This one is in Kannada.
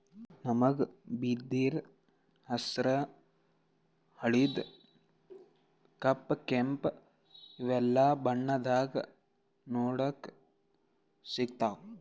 ನಮ್ಗ್ ಬಿದಿರ್ ಹಸ್ರ್ ಹಳ್ದಿ ಕಪ್ ಕೆಂಪ್ ಇವೆಲ್ಲಾ ಬಣ್ಣದಾಗ್ ನೋಡಕ್ ಸಿಗ್ತಾವ್